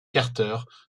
carter